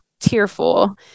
tearful